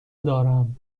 دارم